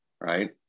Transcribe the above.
right